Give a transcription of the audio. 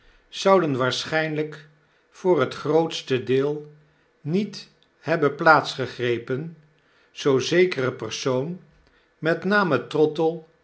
zouden waarscnynlp voor het grootste deel niet hebben plaats gegrepen zoo zekere persoon met name